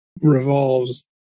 revolves